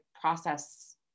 process